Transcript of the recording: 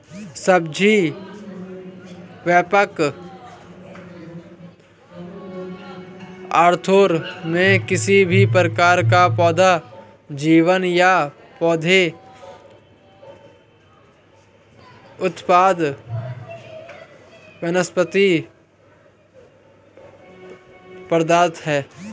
सब्जी, व्यापक अर्थों में, किसी भी प्रकार का पौधा जीवन या पौधे उत्पाद वनस्पति पदार्थ है